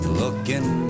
looking